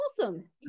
awesome